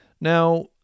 Now